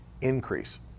increase